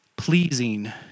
Pleasing